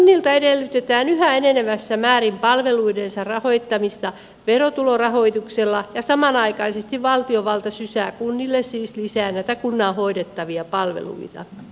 kunnilta edellytetään yhä enenevässä määrin palveluidensa rahoittamista verotulorahoituksella ja samanaikaisesti valtiovalta siis sysää kunnille lisää näitä kunnan hoidettavia palveluita